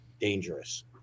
dangerous